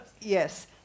Yes